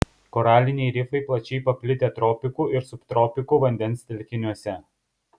koraliniai rifai plačiai paplitę tropikų ir subtropikų vandens telkiniuose